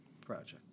project